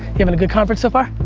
you havin' a good conference so far?